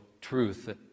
truth